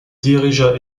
dirigea